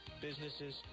businesses